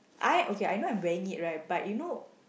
I okay I know I'm wearing it right but you know